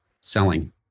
selling